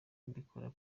mbikora